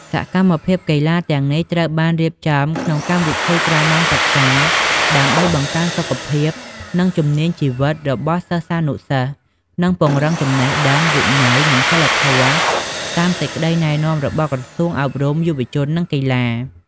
សកម្មភាពកីឡាទាំងនេះត្រូវបានរៀបចំក្នុងកម្មវិធីក្រៅម៉ោងសិក្សា ដើម្បីបង្កើនសុខភាព និងជំនាញជីវិតរបស់សិស្សានុសិស្ស និងពង្រឹងចំណេះដឹង វិន័យ និងសីលធម៌តាមសេចក្តីណែនាំរបស់ក្រសួងអប់រំ យុវជន និងកីឡា។